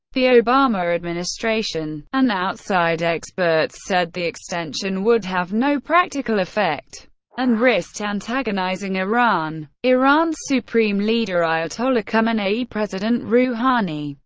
the obama administration and outside experts said the extension would have no practical effect and risked antagonizing iran. iran's supreme leader ayatollah khamenei, president rouhani,